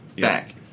back